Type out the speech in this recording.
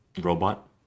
robot